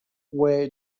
way